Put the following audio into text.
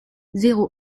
zéro